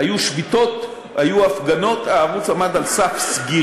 היו שביתות, היו הפגנות, הערוץ עמד על סף סגירה,